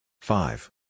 Five